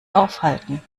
aufhalten